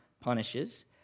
punishes